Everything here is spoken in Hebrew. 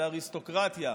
של האריסטוקרטיה,